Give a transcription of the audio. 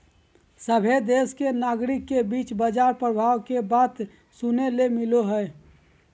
सभहे देश के नागरिक के बीच बाजार प्रभाव के बात सुने ले मिलो हय